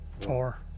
Four